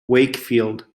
wakefield